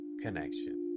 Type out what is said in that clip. connection